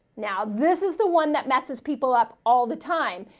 now, this is the one that messes people up all the time,